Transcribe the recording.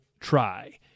try